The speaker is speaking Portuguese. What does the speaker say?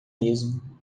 mesmo